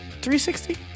360